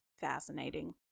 fascinating